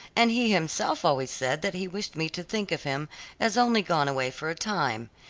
and he himself always said that he wished me to think of him as only gone away for a time,